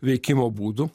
veikimo būdų